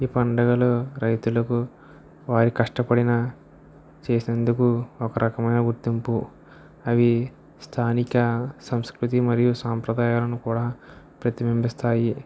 ఈ పండుగలు రైతులకు వారి కష్టపడిన చేసేందుకు ఒక రకమైన గుర్తింపు అవి స్థానిక సంస్కృతి మరియు సాంప్రదాయలను కూడా ప్రతిబింబిస్తాయి